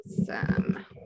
Awesome